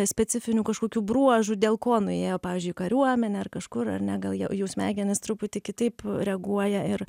specifinių kažkokių bruožų dėl ko nuėjo pavyzdžiui į kariuomenę ar kažkur ar ne gal jo jau smegenys truputį kitaip reaguoja ir